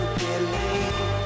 believe